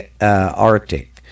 Arctic